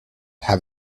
have